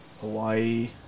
Hawaii